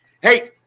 Hey